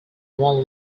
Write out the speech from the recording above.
one